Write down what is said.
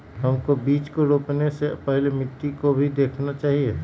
हमको बीज को रोपने से पहले मिट्टी को भी देखना चाहिए?